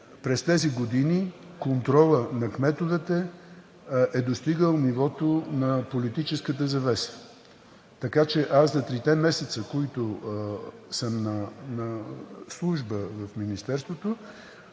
през тези години контролът на кметовете е достигал нивото на политическата завеса. Така че за трите месеца, на които съм на служба в Министерството,